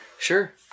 Sure